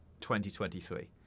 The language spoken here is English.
2023